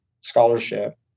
scholarship